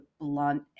blunt